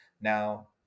Now